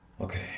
Okay